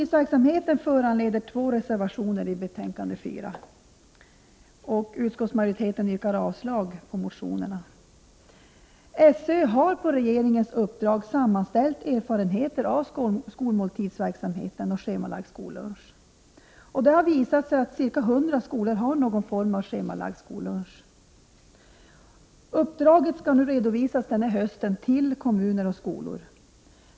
SÖ har på regeringens uppdrag sammanställt erfarenheter av skolmåltidsverksamheten. Det har visat sig att ca 100 skolor har någon form av schemalagd skollunch. Uppdraget skall redovisas i höst till kommuner och skolor.